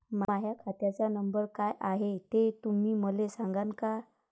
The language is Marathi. माह्या खात्याचा नंबर काय हाय हे तुम्ही मले सागांन का?